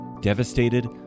devastated